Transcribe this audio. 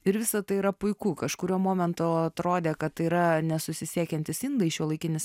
ir visa tai yra puiku kažkuriuo momentu atrodė kad tai yra nesusisiekiantys indai šiuolaikinis